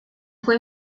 fue